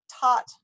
taught